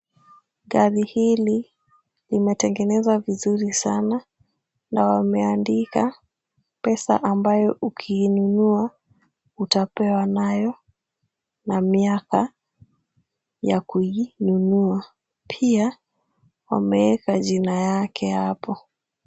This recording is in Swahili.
Gari hili limetengenezwa vizuri sana na wameandika pesa ambayo ukiinunua utapewa nayo na miaka ya kuinunua. Pia wameweka jina yake hapo.